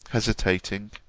hesitating,